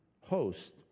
host